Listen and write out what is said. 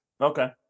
okay